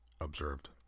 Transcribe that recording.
observed